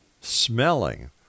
smelling